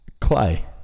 Clay